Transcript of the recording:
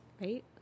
right